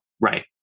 right